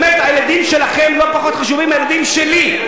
באמת, הילדים שלכם לא פחות חשובים מהילדים שלי.